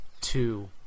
two